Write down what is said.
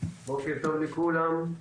בוקר טוב לכולם.